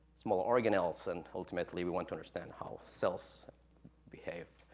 small organelles, and, ultimately, we want to understand how cells behave.